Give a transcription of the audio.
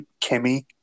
Kimmy